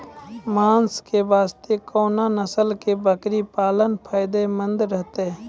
मांस के वास्ते कोंन नस्ल के बकरी पालना फायदे मंद रहतै?